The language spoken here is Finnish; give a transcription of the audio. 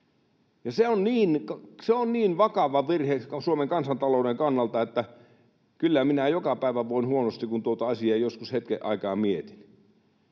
Se on niin vakava virhe Suomen kansantalouden kannalta, että kyllä minä joka päivä voin huonosti, kun tuota asiaa joskus hetken aikaa mietin.